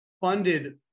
funded